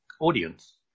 audience